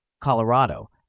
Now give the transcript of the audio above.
Colorado